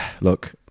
look